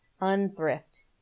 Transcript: unthrift